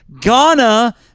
Ghana